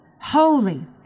holy